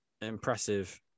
impressive